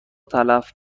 تلف